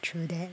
true that